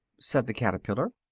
said the caterpillar.